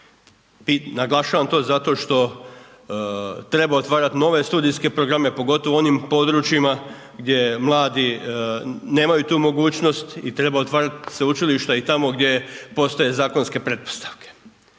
Naglašavam to zato što treba otvarat nove studijske programe, pogotovo u onim područjima gdje mladi nemaju tu mogućnost i treba otvarati sveučilišta i tamo gdje postoje zakonske pretpostavke.